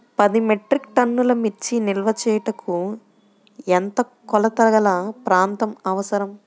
పది మెట్రిక్ టన్నుల మిర్చి నిల్వ చేయుటకు ఎంత కోలతగల ప్రాంతం అవసరం?